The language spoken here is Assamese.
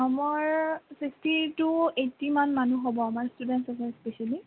আমাৰ ফিফটি টু এইটিমান মানুহ হ'ব আমাৰ ষ্টুডেন্ট স্পেচিয়েলি